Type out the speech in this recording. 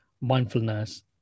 mindfulness